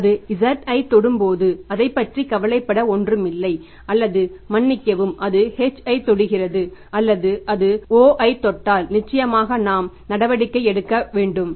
எனவே அது z ஐத் தொடும்போது அதை பற்றி கவலைப்பட ஒன்றுமில்லை அல்லது மன்னிக்கவும் அது h ஐத் தொடுகிறது அல்லது அது o ஐ தொட்டால் நிச்சயமாக நாம் நடவடிக்கை எடுக்க வேண்டியிருக்கும்